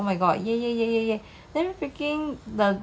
uh I did that 我记得我做两次